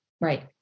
Right